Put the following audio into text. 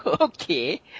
Okay